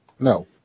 No